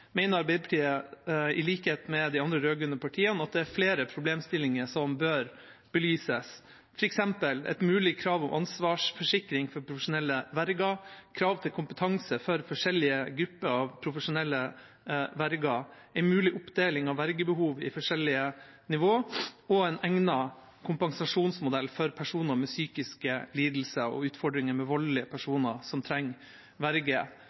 Arbeiderpartiet i likhet med de andre rød-grønne partiene at det er flere problemstillinger som bør belyses, f.eks. et mulig krav om ansvarsforsikring for profesjonelle verger, krav til kompetanse for forskjellige grupper av profesjonelle verger, en mulig oppdeling av vergebehov i forskjellige nivå, en egnet kompensasjonsmodell for personer med psykiske lidelser og utfordringer med voldelige personer som trenger verge.